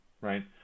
right